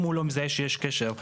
אם הוא לא מזהה שיש קשר,